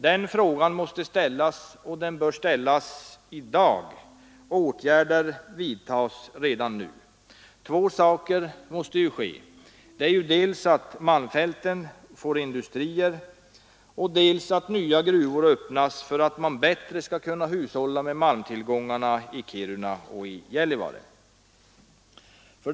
Den frågan måste ställas och åtgärder vidtas redan nu. Två saker måste ske: dels måste malmfälten få industrier, dels måste nya gruvor öppnas för att man bättre skall kunna hushålla med malmtillgångarna i Kiruna och Gällivare. 2.